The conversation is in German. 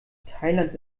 thailand